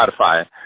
Spotify